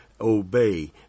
obey